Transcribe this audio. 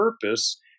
purpose